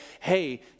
hey